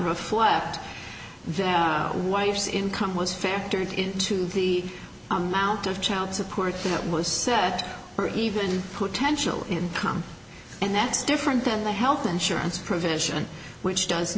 reflect their wife's income was factored into the amount of child support that was set or even potential income and that's different than the health insurance prevention which does